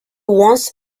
once